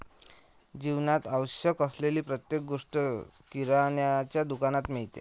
जीवनात आवश्यक असलेली प्रत्येक गोष्ट किराण्याच्या दुकानात मिळते